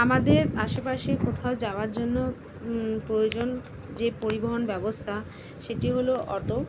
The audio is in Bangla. আমাদের আশেপাশে কোথাও যাওয়ার জন্য প্রয়োজন যে পরিবহন ব্যবস্থা সেটি হল অটো